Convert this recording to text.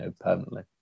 permanently